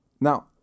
Now